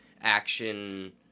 action